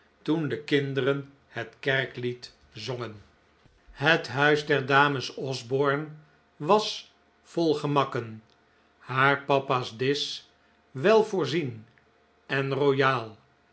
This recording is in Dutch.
toen de kinderen het kerklied zongen het huis der dames osborne was vol gemakken haar papa's disch welvoorzien en royaal